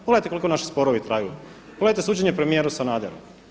Pogledajte koliko naši sporovi traju, pogledajte suđenje premijeru Sanaderu.